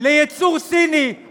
לייצור סיני?